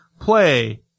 play